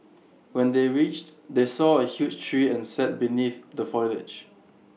when they reached they saw A huge tree and sat beneath the foliage